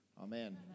Amen